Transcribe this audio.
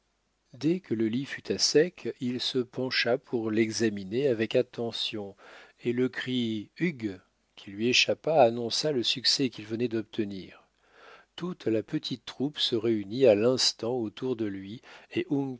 dès que le lit fut à sec il se pencha pour l'examiner avec attention et le cri hugh qui lui échappa annonça le succès qu'il venait d'obtenir toute la petite troupe se réunit à l'instant autour de lui et